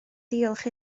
ddiolch